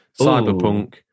Cyberpunk